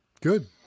good